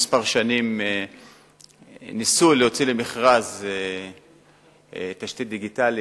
שנים ניסו להוציא למכרז תשתית דיגיטלית,